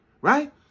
right